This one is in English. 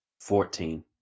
fourteen